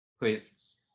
Please